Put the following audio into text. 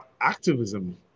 activism